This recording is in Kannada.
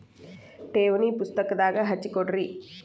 ಠೇವಣಿ ಪುಸ್ತಕದಾಗ ಹಚ್ಚಿ ಕೊಡ್ರಿ